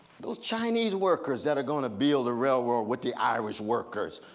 those chinese workers that are going to build a railroad with the irish workers.